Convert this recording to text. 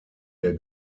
der